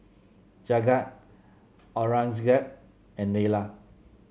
Jagat Aurangzeb and Neila